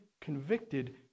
convicted